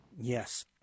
Yes